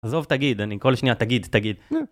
עזוב תגיד אני כל שניה תגיד תגיד.